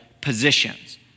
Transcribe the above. positions